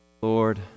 Lord